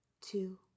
two